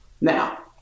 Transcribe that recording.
now